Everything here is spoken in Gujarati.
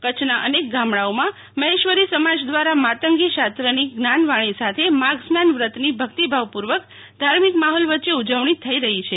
કચ્છના અનેક ગામડાંઓમાં મહેશ્વરી સમાજ દ્વારા માતંગીશાત્રની જ્ઞાનવાણી સાથે માધસ્નાન વ્રતની ભકિતભાવપૂર્વક ધાર્મિક માફોલ વચ્ચે ઉજવણી થઈ રહી છે